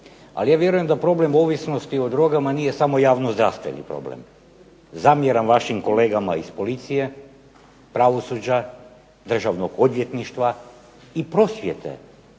ali ja vjerujem da problem ovisnosti o drogama nije samo javno-zdravstveni problem, zamjeram vašim kolegama iz policije, pravosuđa, državnog odvjetništva, i prosvjete